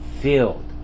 filled